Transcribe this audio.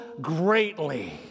greatly